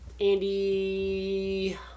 Andy